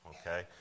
okay